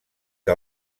que